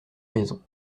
maison